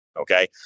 Okay